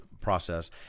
process